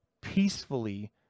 peacefully